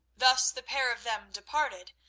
thus the pair of them departed,